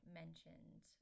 mentioned